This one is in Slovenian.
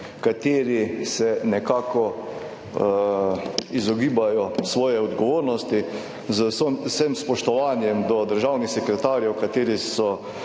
kateri se nekako izogibajo svoje odgovornosti, z vsem spoštovanjem do državnih sekretarjev kateri so